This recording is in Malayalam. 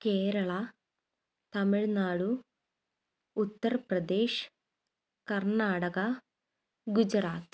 കേരള തമിഴ്നാടു ഉത്തർപ്രദേശ് കർണ്ണാടക ഗുജറാത്ത്